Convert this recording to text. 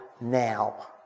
now